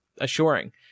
assuring